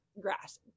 grass